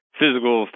physical